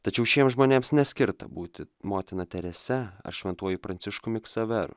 tačiau šiem žmonėms neskirta būti motina terese ar šventuoju pranciškumi ksaveru